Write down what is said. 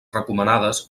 recomanades